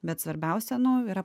bet svarbiausia nu yra